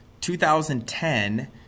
2010